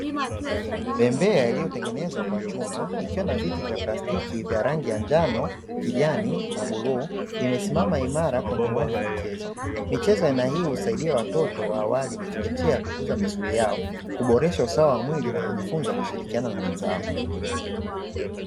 Bembea iliyotengenezwa kwa chuma ikiwa na viti vya plastiki vya rangi ya njano, kijani na bluu; imesimama imara kwenye uwanja wa michezo. Michezo ya aina hii husaidia watoto wa awali na chekechea kukuza misuli yao, kuboresha usawa wa mwili na kujifunza kushirikiana na wenzao.